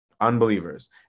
unbelievers